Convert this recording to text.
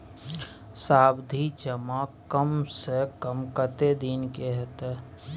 सावधि जमा कम से कम कत्ते दिन के हते?